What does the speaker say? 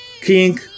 King